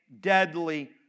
deadly